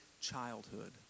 childhood